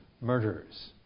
murderers